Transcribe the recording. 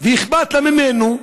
ואכפת לה ממנו?